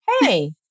hey